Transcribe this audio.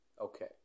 Okay